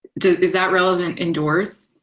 is that relevant indoors,